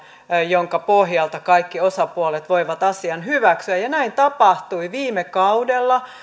jonka pohjalta kaikki osapuolet voivat asian hyväksyä ja ja näin tapahtui viime kaudella